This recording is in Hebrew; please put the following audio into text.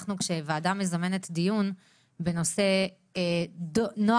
אנחנו כשוועדה מזמנת דיון בנושא נוהל